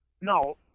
No